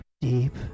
deep